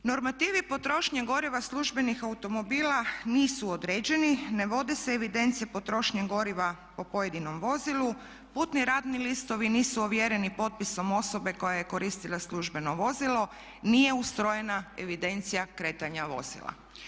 Normativi potrošnje goriva službenih automobila nisu određeni, ne vode se evidencije potrošnje goriva po pojedinom vozilu, putni radni listovi nisu ovjereni potpisom osobe koja je koristila službeno vozilo, nije ustrojena evidencija kretanja vozila.